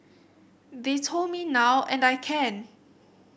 they told me now and I can